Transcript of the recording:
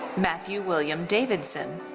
matthew william davidson.